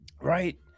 right